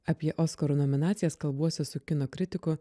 apie oskarų nominacijas kalbuosi su kino kritiku